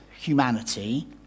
humanity